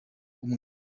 umwe